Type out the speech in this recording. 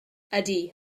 ydy